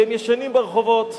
והם ישנים ברחובות,